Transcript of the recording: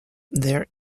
there